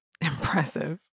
Impressive